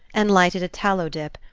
and lighted a tallow dip,